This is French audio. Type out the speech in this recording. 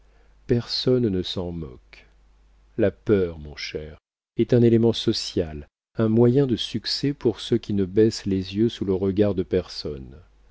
personne ne s'en moque la peur mon cher est un élément social un moyen de succès pour ceux qui ne baissent les yeux sous le regard de personne